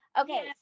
Okay